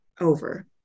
Over